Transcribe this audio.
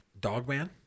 Dogman